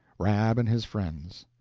rab and his friends,